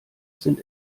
sind